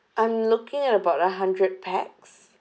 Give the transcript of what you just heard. I'm looking about a hundred pax